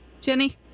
Jenny